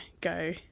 go